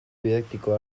didaktikoa